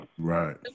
Right